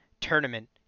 tournament